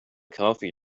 coffee